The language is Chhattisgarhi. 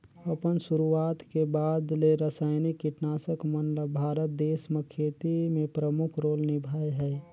अपन शुरुआत के बाद ले रसायनिक कीटनाशक मन ल भारत देश म खेती में प्रमुख रोल निभाए हे